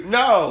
no